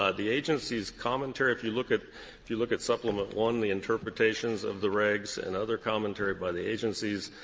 ah the agency's commenter if you look at if you look at supplement one, the interpretations of the regs and other commentary by the agencies,